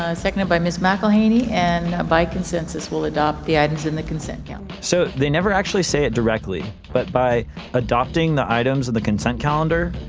ah seconded by miss. mcelhaney and by consensus, we'll adopt the items in the consent count. so they never actually say it directly, but by adopting the items of the consent calendar,